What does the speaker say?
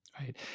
right